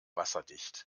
wasserdicht